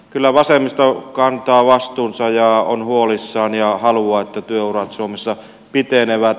kyllä vasemmisto kantaa vastuunsa ja on huolissaan ja haluaa että työurat suomessa pitenevät